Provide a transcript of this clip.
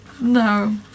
No